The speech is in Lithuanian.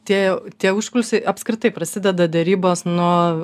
tie tie užkulisiai apskritai prasideda derybos nuo